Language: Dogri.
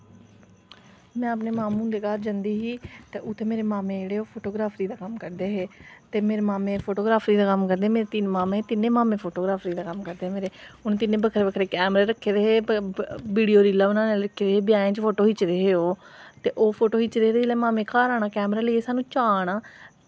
में अपने मामू हुंदे घर जंदी ही ते उत्थें मरे मामू जेह्ड़े ओह् फोटोग्रॉफी दा कम्म करदे हे ते मेरे मामें फोटोग्रॉफी दा कम्म करदे मेरे तीन मामें ते तीनों मामें फोटोग्रॉफी दा कम्म करदे उनें तीनों नै बक्खरे बक्खरे कैमरे रक्खे दे हे वीडियो रीलां बनांदे ते ब्याहें ई फोटो खिच्चदे हे ओह् ते जेल्लै मामें घर आना कैमरा लेइयै असें ई हबी चाऽ आना की असें बी फोटो खिचाना